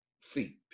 feet